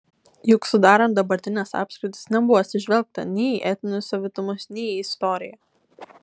juk sudarant dabartines apskritis nebuvo atsižvelgta nei į etninius savitumus nei į istoriją